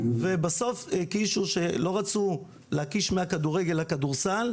לא רצו להקיש מהכדורסל לכדורסל.